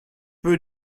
peu